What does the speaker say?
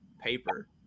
paper